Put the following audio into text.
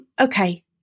okay